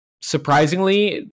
surprisingly